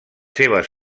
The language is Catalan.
seves